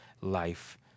life